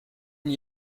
n’y